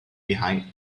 behind